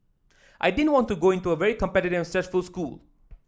I didn't want to go into a very competitive and stressful school